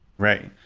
right.